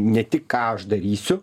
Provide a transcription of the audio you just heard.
ne tik ką aš darysiu